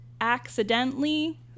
accidentally